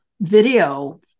video